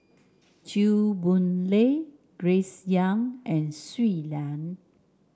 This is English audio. Chew Boon Lay Grace Young and Shui Lan